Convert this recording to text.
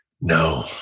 No